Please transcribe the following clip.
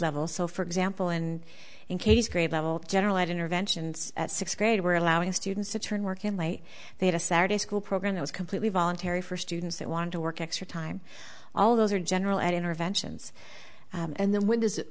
level so for example and in case grade level general ed interventions at sixth grade were allowing students to turn work in late they had a saturday school program that was completely voluntary for students that want to work extra time all those are general ed interventions and then when does it